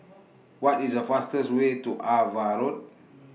What IS The fastest Way to AVA Road